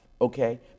okay